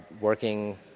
working